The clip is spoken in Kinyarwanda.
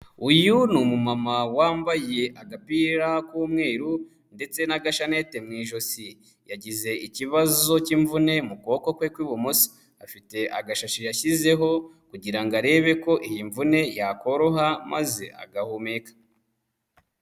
Uyu ni umumama wambaye agapira k'umweru ndetse n'agashanete mu ijosi, yagize ikibazo cy'imvune mu kuboko kwe kw'ibumoso, afite agashashi yashyizeho kugira ngo arebe ko iyi mvune yakoroha maze agahumeka.